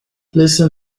listen